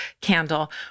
candle